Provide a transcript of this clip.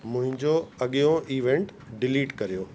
मुंहिंजो अॻियो event delete कयो